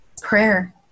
prayer